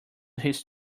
his